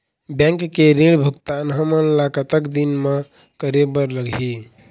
Bank के ऋण भुगतान हमन ला कतक दिन म करे बर लगही?